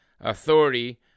Authority